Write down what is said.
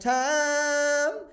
time